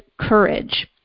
courage